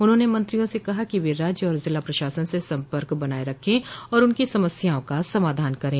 उन्होंने मंत्रियों से कहा कि वे राज्य और जिला प्रशासन से सम्पर्क बनाये रखें और उनकी समस्याओं का समाधान करें